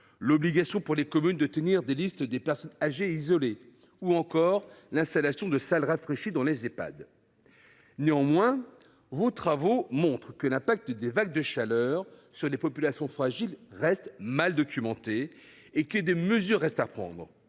l’obligation pour les communes de tenir des listes des personnes âgées et isolées ou encore l’installation de salles rafraîchies dans les Ehpad. Néanmoins, vos travaux font apparaître que l’impact des vagues de chaleur sur les populations fragiles reste mal documenté et que des mesures sont encore à prendre.